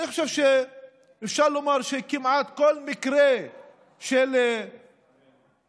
אני חושב שאפשר לומר שכמעט בכל מקרה של הריגה